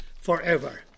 forever